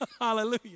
Hallelujah